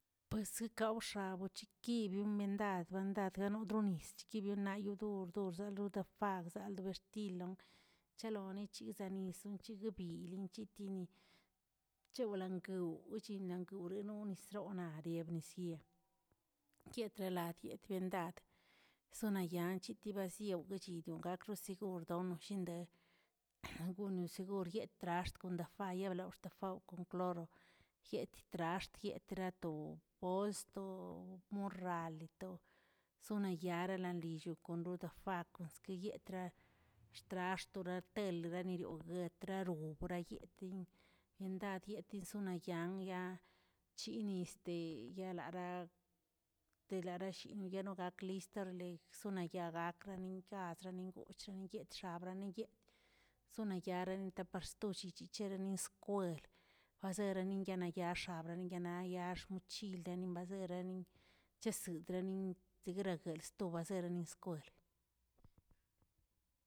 Pues sikawx̱ag wichikigui bimandad- bandad ganodronis kibiunayodord bzeloo dofabg aldobextilon, chalonizchisaniz nc̱higabyi chityini, chewlanguew chinanguewꞌ do nisraw naꞌ debniesrie, kietreladie byendad sonanya chitibasyao gakrosegur donoshinde gonon segur yetrarxt kondafayablawꞌ sxtefawb kon kloro, yet traxt, yet trato gosto, morralito, soana yari lalillo kon loda fab eskeyetra woxtraxt wratreli yarinoguet byendadyet yisonan yagyan chini este yalara telara shinguino gak list agsonayag gaklenin guꞌchrenin yetꞌchxabrani yetꞌ, zonayareni taparstochereni toshezi schereni skwel wazerenin yanan yaxa xmochilenen bazerenin, chesedrenin degreguel sto baserenin skwel.